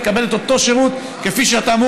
תקבל את אותו שירות כפי שאתה אמור